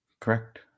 Correct